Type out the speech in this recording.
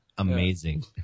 Amazing